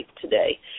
today